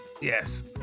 Yes